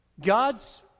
God's